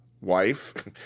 wife